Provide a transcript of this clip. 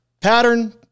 Pattern